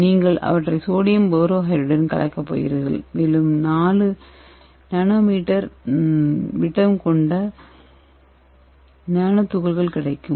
நீங்கள் அவற்றை சோடியம் போரோஹைட்ரைடுடன் கலக்கப் போகிறீர்கள் மேலும் 4 என்எம் விட்டம் கொண்ட நானோ துகள்கள் கிடைக்கும்